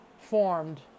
formed